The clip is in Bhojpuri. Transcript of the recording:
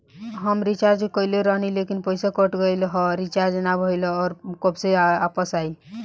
हम रीचार्ज कईले रहनी ह लेकिन पईसा कट गएल ह रीचार्ज ना भइल ह और पईसा कब ले आईवापस?